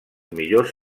millors